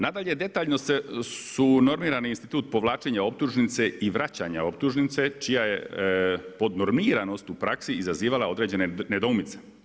Nadalje, detaljno su normirani institut povlačenja optužnice i vraćanja optužnice, čija je podnormiranost u praksi izazivala određene nedoumice.